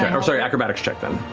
and or sorry, acrobatics check then.